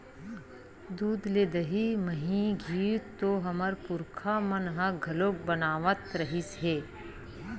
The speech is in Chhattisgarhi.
दूद ले दही, मही, घींव तो हमर पुरखा मन ह घलोक बनावत रिहिस हे